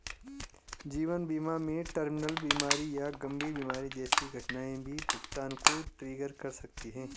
जीवन बीमा में टर्मिनल बीमारी या गंभीर बीमारी जैसी घटनाएं भी भुगतान को ट्रिगर कर सकती हैं